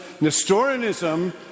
Nestorianism